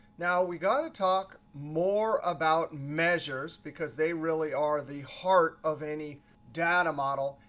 now, we've got to talk more about measures, because they really are the heart of any data model.